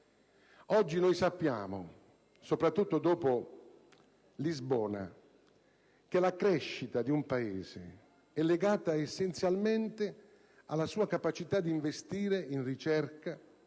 Oggi noi sappiamo, soprattutto dopo Lisbona, che la crescita di un Paese è legata essenzialmente alla sua capacità di investire in ricerca,